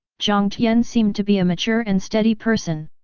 jiang tian seemed to be a mature and steady person.